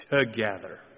Together